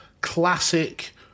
classic